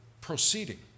proceeding